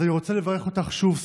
אז אני רוצה לברך אותך שוב,